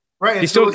Right